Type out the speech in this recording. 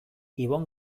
ibon